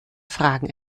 fragen